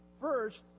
first